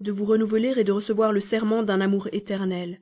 de vous renouveller de recevoir le serment d'un amour éternel